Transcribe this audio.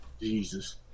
Jesus